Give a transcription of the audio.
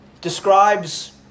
describes